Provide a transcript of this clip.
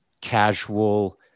casual